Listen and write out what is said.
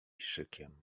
szykiem